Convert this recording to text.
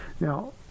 Now